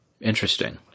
Interesting